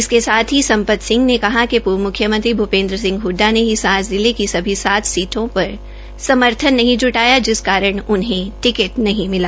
इसके साथ ही सम्पत सिंह कहा कि पूर्व मुख्यमंत्री भूपेन्द्र सिंह हड़डा ने हिसार जिले की भी सभी सात सीटों पर समर्थन नहीं ज्टाया जिस कारण उन्हें टिकट नहीं मिला